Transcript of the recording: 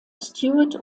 stewart